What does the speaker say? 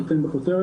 אני אתן כותרת,